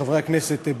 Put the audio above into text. חברי הכנסת,